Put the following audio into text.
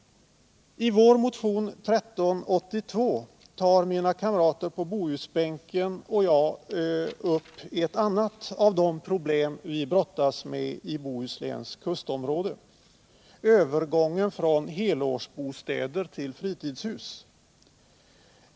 I motionen 1382 tar mina kamrater på Bohusbänken och jag upp ett annat av de problem som vi brottas med i Bohusläns kustområden, nämligen övergången från helårsbostäder till fritidshus.